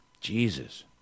Jesus